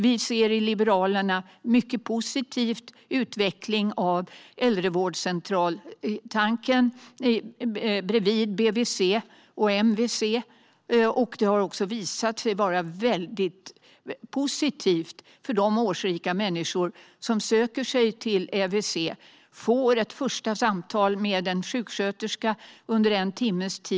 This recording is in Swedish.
Vi i Liberalerna ser mycket positivt på en utveckling av äldrevårdscentralstanken, bredvid BVC och MVC. Det har också visat sig vara väldigt positivt för de årsrika människor som söker sig till ÄVC och får ett första samtal med en sjuksköterska under en timmes tid.